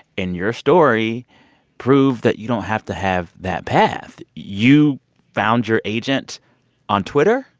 and your story proved that you don't have to have that path. you found your agent on twitter?